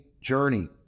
journey